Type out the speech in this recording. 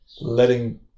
letting